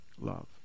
Love